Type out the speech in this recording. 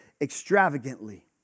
extravagantly